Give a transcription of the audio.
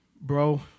Bro